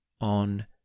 on